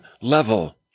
level